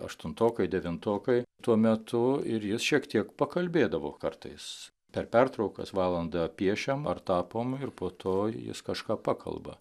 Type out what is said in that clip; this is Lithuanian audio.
aštuntokai devintokai tuo metu ir jis šiek tiek pakalbėdavo kartais per pertraukas valandą piešiam ar tapom ir po to jis kažką pakalba